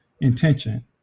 intention